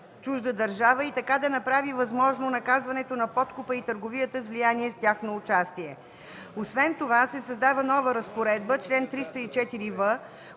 чужда държава и така да направи възможно наказването на подкупа и търговията с влияние с тяхно участие. Освен това се създава нова разпоредба – чл. 304в,